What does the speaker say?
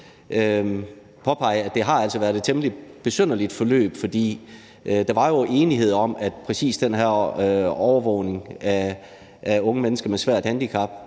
påpege, at det altså har været et temmelig besynderligt forløb, for der var jo enighed om, at præcis den her overvågning af unge mennesker med svært handicap